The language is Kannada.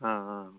ಹಾಂ ಹಾಂ